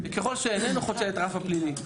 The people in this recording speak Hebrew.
וככל שאיננו חוצה את הרף הפלילי,